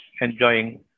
enjoying